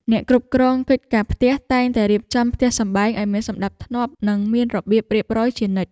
អ្នកគ្រប់គ្រងកិច្ចការផ្ទះតែងតែរៀបចំផ្ទះសម្បែងឱ្យមានសណ្តាប់ធ្នាប់ និងមានរបៀបរៀបរយជានិច្ច។